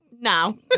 no